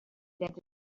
into